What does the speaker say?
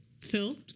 Phil